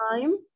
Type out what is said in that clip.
time